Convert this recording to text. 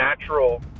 natural